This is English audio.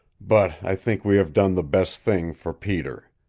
but i think we have done the best thing for peter.